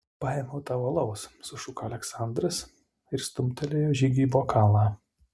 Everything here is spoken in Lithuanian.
paėmiau tau alaus sušuko aleksandras ir stumtelėjo žygiui bokalą